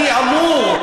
אני אמור,